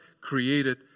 created